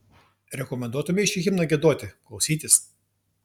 rekomenduotumei šį himną giedoti klausytis